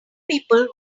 people